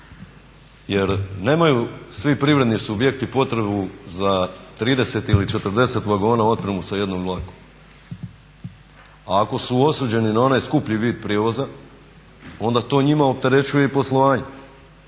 jer nemaju svi privredni subjekti potrebu za 30 ili 40 vagona otpremu sa jednim vlakom. Ako su osuđeni na onaj skuplji vid prijevoza onda to njima opterećuje i poslovanje.